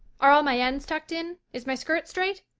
are all my ends tucked in? is my skirt straight?